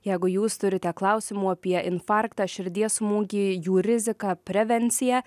jeigu jūs turite klausimų apie infarktą širdies smūgį jų riziką prevenciją